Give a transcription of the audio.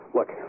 Look